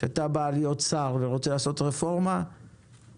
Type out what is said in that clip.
שאתה בא להיות שר ורוצה לעשות רפורמה את